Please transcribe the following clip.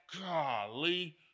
Golly